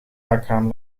dakraam